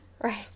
Right